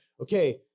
okay